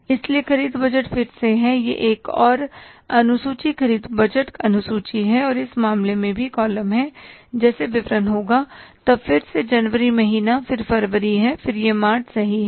इसलिए ख़रीद बजट फिर से है यह एक और अनुसूची ख़रीद बजट अनुसूची है और इस मामले में भी कॉलम है जैसे विवरण होगा तब फिर से जनवरी महीना फिर फरवरी है और फिर यह मार्च सही है